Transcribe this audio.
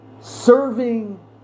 serving